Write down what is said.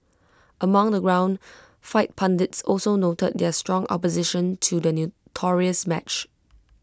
among the ground fight pundits also noted their strong opposition to the notorious match